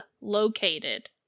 located